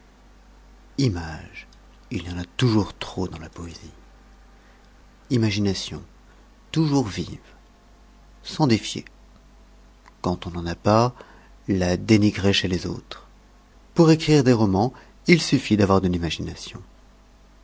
images il y en a toujours trop dans la poésie imagination toujours vive s'en défier quand on n'en a pas la dénigrer chez les autres pour écrire des romans il suffit d'avoir de l'imagination